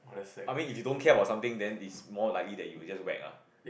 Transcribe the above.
I mean if you don't care about something then it's more likely that you will just whack lah